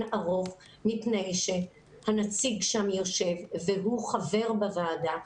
ערוך מפני שהנציג שם יושב והוא חבר בוועדה.